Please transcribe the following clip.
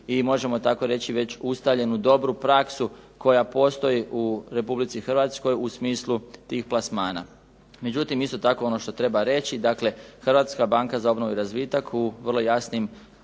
i možemo tako reći već ustaljenu dobru praksu koja postoji u Republici Hrvatskoj u smislu tih plasmana. Međutim, isto tako ono što treba reći, dakle Hrvatska banka za obnovu i razvitak u vrlo jasnim